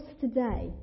today